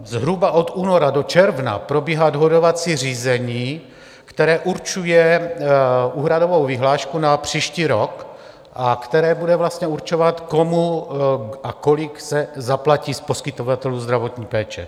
Zhruba od února do června probíhá dohodovací řízení, které určuje úhradovou vyhlášku na příští rok a které bude určovat, komu a kolik se zaplatí z poskytovatelů zdravotní péče.